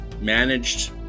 managed